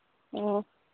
ꯑꯣ